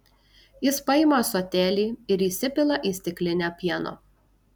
jis paima ąsotėlį ir įsipila į stiklinę pieno